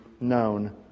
known